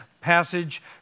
passage